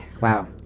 Wow